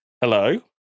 hello